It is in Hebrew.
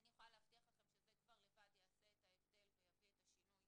אני יכולה להבטיח לכם שזה כבר לבד יעשה את ההבדל ויביא את השינוי